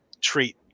treat